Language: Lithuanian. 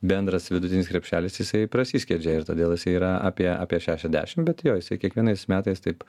bendras vidutinis krepšelis jisai prasiskiedžia ir todėl jisai yra apie apie šešiasdešim bet jo jisai kiekvienais metais taip